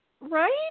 Right